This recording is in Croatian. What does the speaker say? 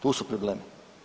Tu su problemi.